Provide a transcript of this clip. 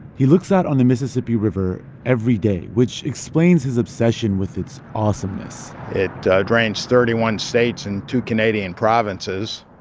he looks out on the mississippi river every day, which explains his obsession with its awesomeness it drains thirty one states and two canadian provinces.